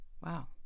Wow